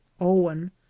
owen